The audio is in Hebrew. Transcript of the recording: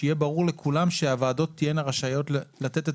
שיהיה ברור לכולם שהוועדות תהיינה רשאיות לתת את